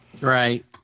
Right